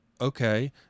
okay